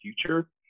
future